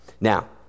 Now